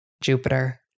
Jupiter